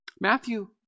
Matthew